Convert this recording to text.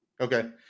Okay